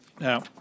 Now